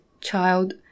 child